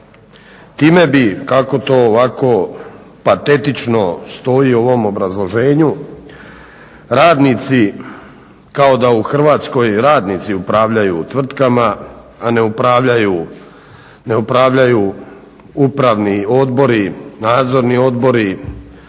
Time bi kako to ovako patetično stoji u ovom obrazloženju, radnici kao da u Hrvatskoj radnici upravljaju tvrtkama , a ne upravljaju upravni odbori, nadzorni odbori